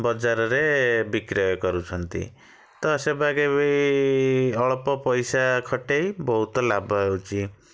ବଜାରରେ ବିକ୍ରୟ କରୁଛନ୍ତି ତ ସେ ବାଗେ ବି ଅଳ୍ପ ପଇସା ଖଟେଇ ବହୁତ ଲାଭ ହେଉଛି